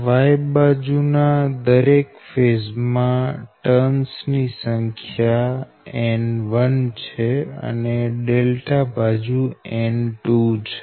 Y બાજુ ના દરેક ફેઝ માં ટર્ન્સ ની સંખ્યા N1 છે અનેબાજુ N2 છે